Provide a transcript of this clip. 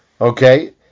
Okay